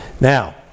Now